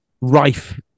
rife